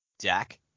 Jack